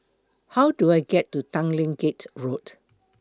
How Do I get to Tanglin Gate Road